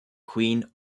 queen